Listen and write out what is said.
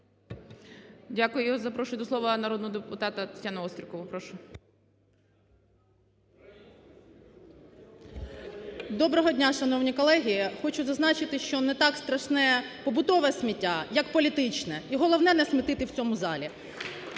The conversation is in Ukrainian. Дякую. Запрошую до слова народного депутата Тетяну Острікову. Прошу. 13:46:55 ОСТРІКОВА Т.Г. Доброго дня, шановні колеги. Хочу зазначити, що не так страшне побутове сміття, як політичне, і головне насмітити в цьому залі.